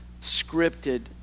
scripted